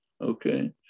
okay